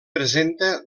presenta